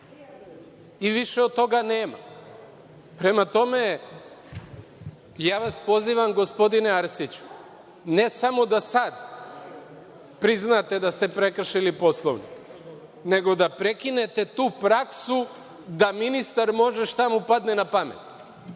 i više od toga nema. Prema tome, ja vas pozivam gospodine Arsiću, ne samo da sad priznate da ste prekršili Poslovnik, nego da prekinete tu praksu da ministar može šta mu padne na pamet,